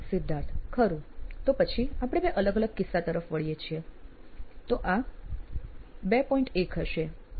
સિદ્ધાર્થ ખરું તો પછી આપણે બે અલગ અલગ કિસ્સા તરફ વળીએ છી તો આ 2 હશે